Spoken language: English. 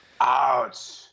Ouch